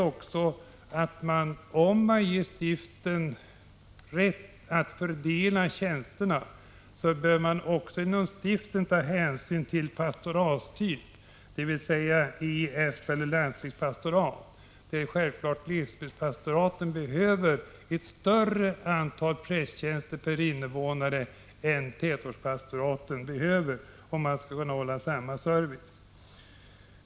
Om stiften ges rätt att fördela tjänsterna, bör man inom stiften även ta hänsyn till pastoratstyp, dvs. E, F eller landsbygdspastorat. Det är självklart att glesbygdspastoraten behöver ett större antal prästtjänster per invånare än tätortspastoraten, om de skall kunna hålla samma service.